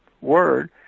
word